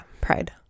Pride